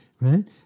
right